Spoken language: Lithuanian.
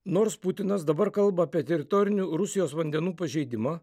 nors putinas dabar kalba apie teritorinių rusijos vandenų pažeidimą